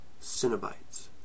Cinnabites